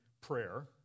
prayer